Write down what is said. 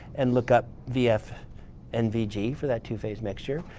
and look up vf and vg for that two-phase mixture.